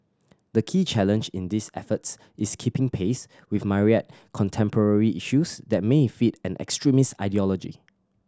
the key challenge in these efforts is keeping pace with myriad contemporary issues that may feed an extremist ideology